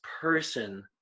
person